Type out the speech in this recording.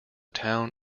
town